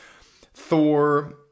Thor